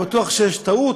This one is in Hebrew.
הוא בטוח שיש טעות,